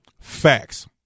Facts